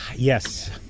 Yes